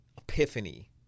epiphany